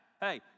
Hey